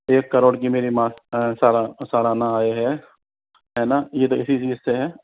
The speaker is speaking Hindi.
एक करोड़ की मेरी सालाना आय है है ना इसी चीज़ से है